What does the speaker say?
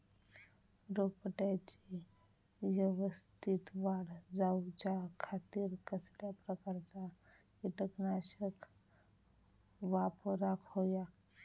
रोपट्याची यवस्तित वाढ जाऊच्या खातीर कसल्या प्रकारचा किटकनाशक वापराक होया?